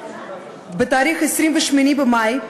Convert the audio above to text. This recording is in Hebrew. בתאריך 28 במאי,